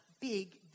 big